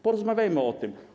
Porozmawiajmy o tym.